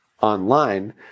online